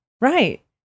right